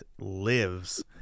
lives